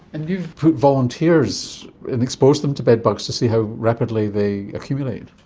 and you've put volunteers and exposed them to bedbugs to see how rapidly they accumulate.